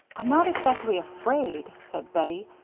i'm not exactly afraid, said bettie,